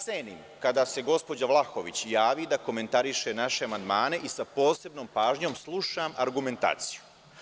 Cenim kada se gospođa Vlahović javi da komentariše naše amandmane i sa posebnom pažnjom slušam argumentaciju.